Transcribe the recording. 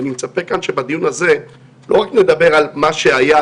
אני מצפה שבדיון הזה לא נדבר רק על מה שהיה,